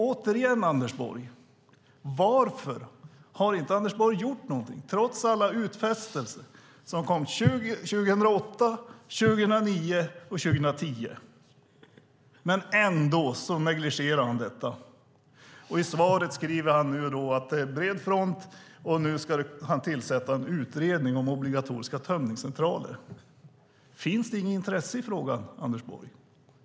Återigen: Varför har inte Anders Borg gjort någonting trots alla utfästelser som kom 2008, 2009 och 2010 utan negligerar detta? I svaret skriver han nu om en bred front och att han ska tillsätta en utredning om obligatoriska tömningscentraler. Finns det inget intresse i frågan, Anders Borg?